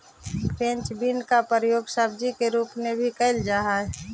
French bean का प्रयोग सब्जी के रूप में भी करल जा हई